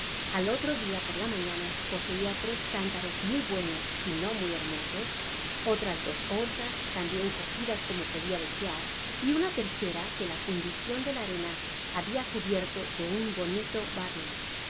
al otro dia por la mañana poseia tres cántaros muy buenos si no muy hermosos otras dos orzas tambien cocidas como podia desear y una tercera que la fundicion de la arena babia cubierto de on bonito barniz